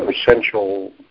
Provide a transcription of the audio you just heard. essential